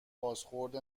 بازخورد